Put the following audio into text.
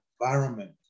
environment